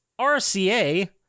RCA